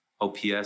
OPS